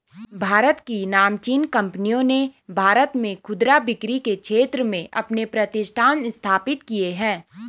भारत की नामचीन कंपनियों ने भारत में खुदरा बिक्री के क्षेत्र में अपने प्रतिष्ठान स्थापित किए हैं